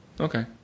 Okay